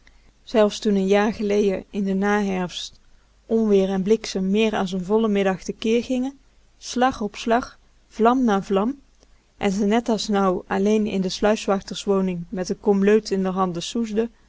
zelfs toen n jaar gelejen in de naherfst onweer en bliksem meer as n vollen middag te keer gingen slag op slag vlam na vlam en ze net as nou alleen in de sluiswachterswoning met n kom leut in d'r handen soesde